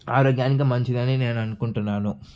ఆరోగ్యనికి మంచిదని నేను అనుకుంటున్నాను